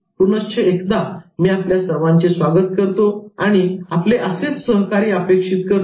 पुनश्च एकदा मी आपल्या सर्वांचे स्वागत करतो आणि आपले असेच सहकार्य अपेक्षित करतो